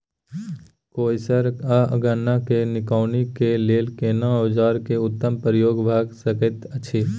कोसयार आ गन्ना के निकौनी के लेल केना औजार के उत्तम प्रयोग भ सकेत अछि?